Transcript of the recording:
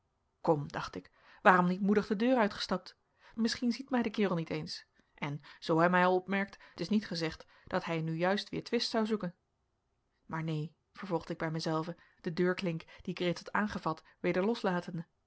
kom dacht ik waarom niet moedig de deur uitgestapt misschien ziet mij de kerel niet eens en zoo hij mij al opmerkt t is niet gezegd dat hij nu juist weer twist zou zoeken maar neen vervolgde ik bij mijzelven de deurklink die ik reeds had aangevat weder loslatende